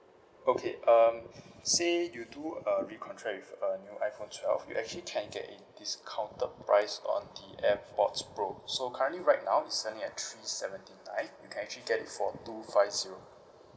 okay um say you do a recontract with a new iphone twelve you actually can get a discounted price on the airpods pro so currently right now it's only at three seventy nine you can actually get it for two five zero